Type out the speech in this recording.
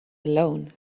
alone